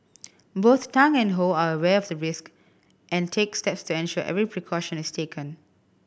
both Tang and Ho are aware of the risk and takes steps to ensure every precaution is taken